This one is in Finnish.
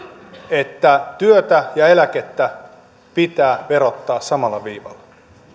että työtä ja eläkettä pitää verottaa samalla viivalla